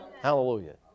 Hallelujah